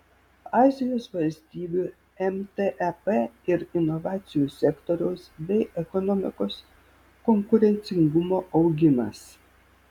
azijos valstybių mtep ir inovacijų sektoriaus bei ekonomikos konkurencingumo augimas